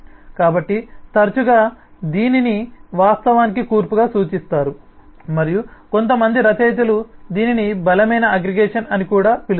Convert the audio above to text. కాబట్టి తరచుగా దీనిని వాస్తవానికి కూర్పుగా సూచిస్తారు మరియు కొంతమంది రచయితలు దీనిని బలమైన అగ్రిగేషన్ అని కూడా పిలుస్తారు